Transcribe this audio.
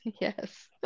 yes